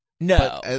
No